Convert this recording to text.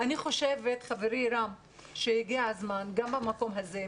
אני חושבת שהגיע הזמן גם במקום הזה,